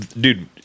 dude